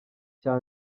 cya